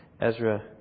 Ezra